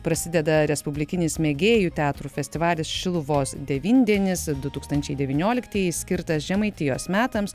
prasideda respublikinis mėgėjų teatrų festivalis šiluvos devyndienis du tūkstančiai devynioliktieji skirtas žemaitijos metams